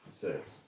Six